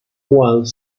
while